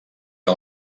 que